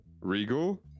regal